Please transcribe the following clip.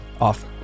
off